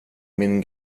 min